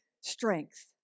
strength